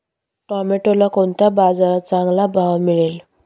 टोमॅटोला कोणत्या बाजारात चांगला भाव मिळेल?